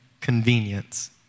convenience